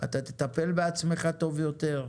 אתה תטפל בעצמך טוב יותר.